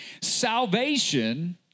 Salvation